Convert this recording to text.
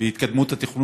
היום קיימתי דיון